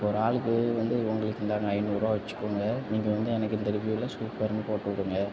இப்போ ஒரு ஆளுக்கு வந்து உங்களுக்கு இந்தாங்க ஐந்நூறுரூவா வச்சிக்கோங்க நீங்கள் வந்து அன்னக்கு இந்த ரிவியூவில சூப்பர்ன்னு போட்டு விடுங்க